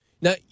Now